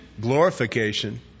glorification